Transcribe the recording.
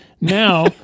Now